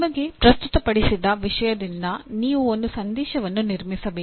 ನಿಮಗೆ ಪ್ರಸ್ತುತಪಡಿಸಿದ ವಿಷಯದಿಂದ ನೀವು ಒಂದು ಸಂದೇಶವನ್ನು ನಿರ್ಮಿಸಬೇಕು